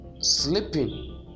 sleeping